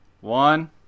one